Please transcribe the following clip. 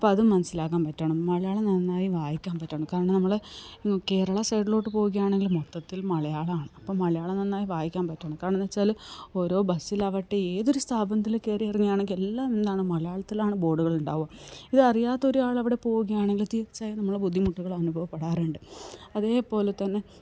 അപ്പം അത് മനസ്സിലാക്കാൻ പറ്റണം മലയാളം നന്നായി വായിക്കാൻ പറ്റണം കാരണം നമ്മള് കേരള സൈഡിലോട്ട് പോവുകയാണെങ്കിൽ മൊത്തത്തിൽ മലയാളമാണ് അപ്പം മലയാളം നന്നായി വായിക്കാൻ പറ്റണം കാരണമെന്താണെന്നു വെച്ചാല് ഓരോ ബസിലാവട്ടെ ഏതൊരു സ്ഥാപനത്തിൽ കയറിയിറങ്ങുകയാണെങ്കില് എല്ലാം എന്താണ് മലയാളത്തിലാണ് ബോർഡുകൾ ഉണ്ടാവുക ഇതറിയാത്തൊരാൾ അവിടെ പോവുകയാണെങ്കിൽ തീർച്ചയായും നമ്മൾ ബുദ്ധിമുട്ടുകൾ അനുഭവപ്പെടാറുണ്ട് അതേപോലെ തന്നെ